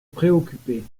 préoccuper